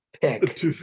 pick